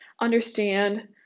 understand